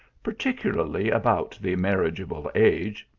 particularly about the marriageable age,